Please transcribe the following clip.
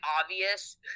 obvious